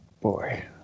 boy